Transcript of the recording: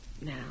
now